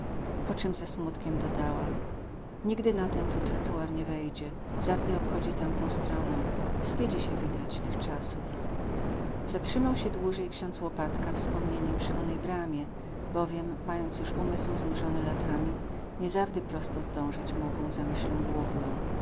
po czym ze smutkiem dodała nigdy na ten tu trotuar nie wejdzie zawdy obchodzi tamtą stroną wstydzi się widać tych czasów zatrzymał się dłużej ksiądz łopatka wspomnieniem przy onej bramie bowiem mając już umysł znużony latami nie zawdy prosto zdążać mógł za myślą główną